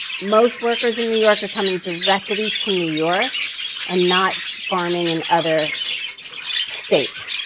most workers in new york are coming directly to new york and not farming in other states.